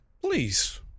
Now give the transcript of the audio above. Please